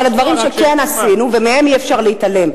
אבל הדברים שכן עשינו ומהם אי-אפשר להתעלם: